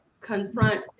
confront